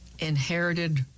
inherited